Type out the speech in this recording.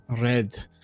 red